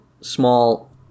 small